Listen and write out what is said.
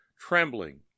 trembling